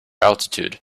altitude